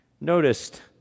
noticed